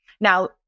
Now-